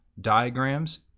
diagrams